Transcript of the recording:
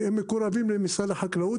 מקורבים למשרד החקלאות,